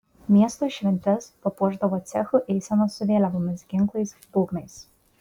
miesto šventes papuošdavo cechų eisenos su vėliavomis ginklais būgnais